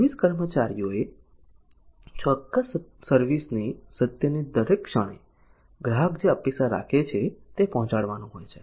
service કર્મચારીઓએ ચોક્કસ service ની સત્યની દરેક ક્ષણે ગ્રાહક જે અપેક્ષા રાખે છે તે પહોંચાડવાનું હોય છે